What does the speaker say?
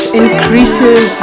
increases